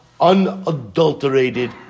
unadulterated